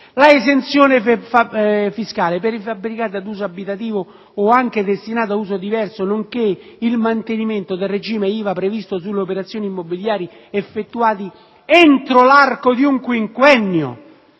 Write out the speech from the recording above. l'esenzione fiscale per i fabbricati ad uso abitativo o anche destinati ad uso diverso, nonché il mantenimento del regime IVA previsto sulle operazioni immobiliari effettuate entro l'arco di un quinquennio